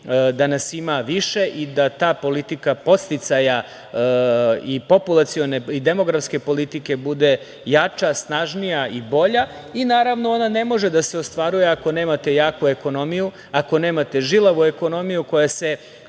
da nas ima više i da ta politika podsticaja i populacione, i demografske politike bude jača, snažnija i bolja. Ona ne može da se ostvaruje ako nemate jaku ekonomiju, ako nemate žilavu ekonomiju koja se